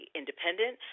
independent